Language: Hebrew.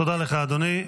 תודה לך, אדוני.